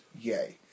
yay